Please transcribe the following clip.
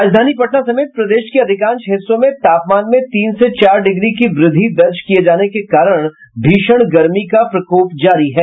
राजधानी पटना समेत प्रदेश के अधिकांश हिस्सों में तापमान में तीन से चार डिग्री की वृद्धि दर्ज किये जाने के कारण भीषण गर्मी का प्रकोप जारी है